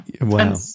Wow